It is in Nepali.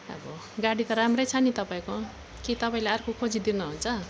अब गाडी त राम्रै छ नि तपाईँको कि तपाईँले अर्को खोजिदिनुहुन्छ